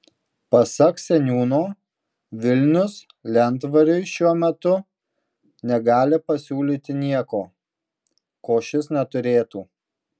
pasak seniūno vilnius lentvariui šiuo metu negali pasiūlyti nieko ko šis neturėtų